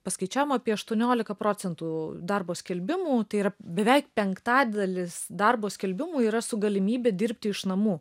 paskaičiavom apie aštuoniolika procentų darbo skelbimų tai yra beveik penktadalis darbo skelbimų yra su galimybe dirbti iš namų